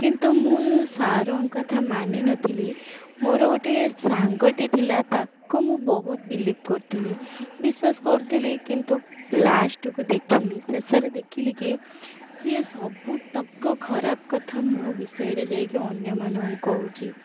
କିନ୍ତୁ ମୁଁ ସାର୍ଙ୍କ କଥା ମାନିନଥିଲି ମୋର ଗୋଟେ ସାଙ୍ଗଟେ ଥିଲା ତାକୁ ମୁଁ ବହୁତ ବିଲିଭ୍ କରିଥିଲି ବିଶ୍ୱାସ କରଥିଲି କିନ୍ତୁ ଲାଷ୍ଟ୍କୁ ଦେଖିଲି ଶେଷରେ ଦେଖିଲି କି ସେ ସବୁତକ ଖରାପ କଥା ମୋ ବିଷୟରେ ଯାଇକି ଅନ୍ୟମାନଙ୍କୁ କହୁଛି